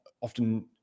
often